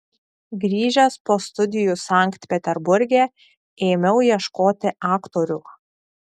grįžęs po studijų sankt peterburge ėmiau ieškoti aktorių